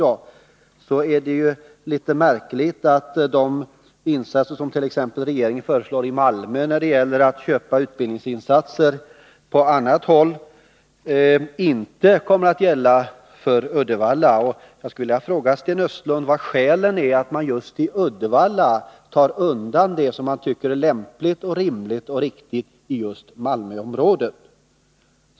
Då framstår det som litet märkligt att de insatser som regeringen föreslår i Malmö för att köpa utbildningsplatser på annat håll inte kommer att gälla för Uddevalla. Jag skulle vilja fråga Sten Östlund: Vilka är skälen till att man för Uddevalla tar undan det som man tycker är lämpligt och rimligt och riktigt för just Malmöområdet?